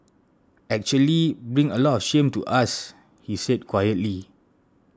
actually bring a lot of shame to us he said quietly